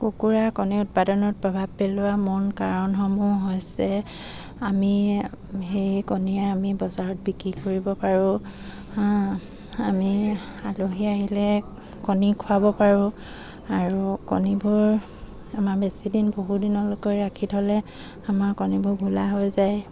কুকুৰাৰ কণী উৎপাদনত প্ৰভাৱ পেলোৱা মূল কাৰণসমূহ হৈছে আমি সেই কণীয়ে আমি বজাৰত বিক্ৰী কৰিব পাৰোঁ আমি আলহী আহিলে কণী খোৱাব পাৰোঁ আৰু কণীবোৰ আমাৰ বেছি দিন বহু দিনলৈকে ৰাখি থ'লে আমাৰ কণীবোৰ ঘোলা হৈ যায়